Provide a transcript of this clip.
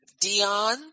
Dion